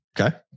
Okay